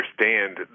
understand